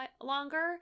longer